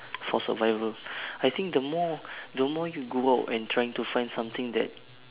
for survival I think the more the more you go out and trying to find something that